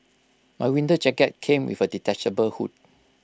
my winter jacket came with A detachable hood